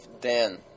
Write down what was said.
Dan